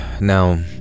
Now